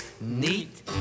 Neat